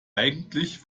eigentlich